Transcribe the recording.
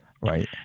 right